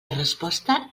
resposta